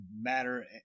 matter